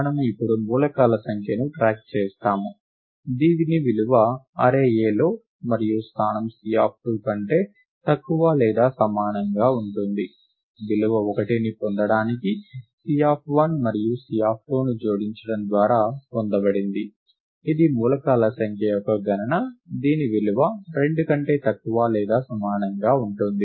మనము ఇప్పుడు మూలకాల సంఖ్యను ట్రాక్ చేస్తాము దీని విలువ అర్రే Aలో మరియు స్థానం C2 కంటే తక్కువ లేదా సమానంగా ఉంటుంది విలువ 1ని పొందడానికి C1 మరియు C2ని జోడించడం ద్వారా పొందబడింది ఇది మూలకాల సంఖ్య యొక్క గణన దీని విలువ 2 కంటే తక్కువ లేదా సమానంగా ఉంటుంది